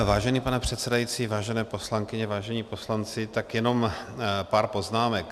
Vážený pane předsedající, vážené poslankyně, vážení poslanci, tak jenom pár poznámek.